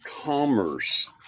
commerce